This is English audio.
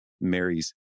Mary's